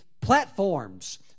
platforms